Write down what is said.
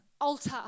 alter